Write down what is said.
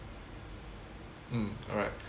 mm alright